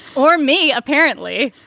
or me apparently